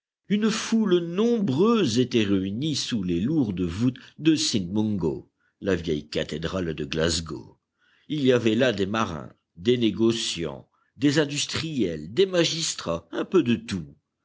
une foule nombreuse était réunie sous les lourdes voûtes de saintmungo la vieille cathédrale de glasgow il y avait là des marins des négociants des industriels des magistrats un peu de tout